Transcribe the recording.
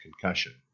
concussion